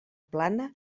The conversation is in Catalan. plana